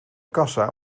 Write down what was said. kassa